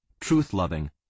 truth-loving